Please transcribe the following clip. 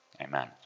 Amen